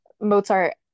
Mozart